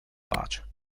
pace